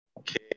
Okay